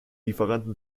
lieferanten